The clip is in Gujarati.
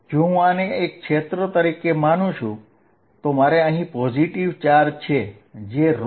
જો હું આને એક ક્ષેત્ર તરીકે માનું છું તો મારે અહીં પોઝિટિવ ચાર્જ છે જે aρcosθ